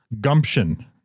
gumption